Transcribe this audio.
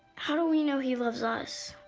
how do we know he loves us?